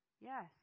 Yes